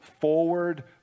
forward